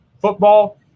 football